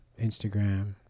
Instagram